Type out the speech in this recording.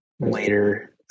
Later